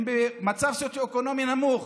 הם במצב סוציו-אקונומי נמוך.